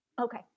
Okay